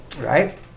right